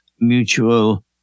mutual